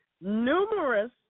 numerous